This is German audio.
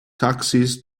taxis